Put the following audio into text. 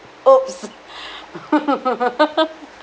!oops!